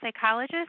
psychologist